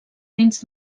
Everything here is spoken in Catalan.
dins